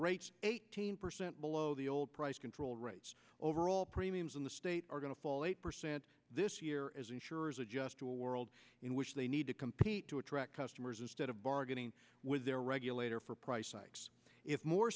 rates eighteen percent below the old price control rates overall premiums in the state are going to fall eight percent this year as insurers adjust to a world in which they need to compete to attract customers instead of bargaining with their regulator for price hikes if more